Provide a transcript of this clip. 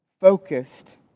focused